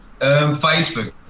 Facebook